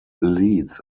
leads